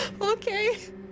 Okay